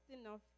enough